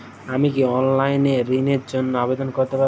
আমি কি অনলাইন এ ঋণ র জন্য আবেদন করতে পারি?